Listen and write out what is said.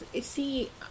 see